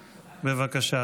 בבקשה,